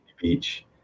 beach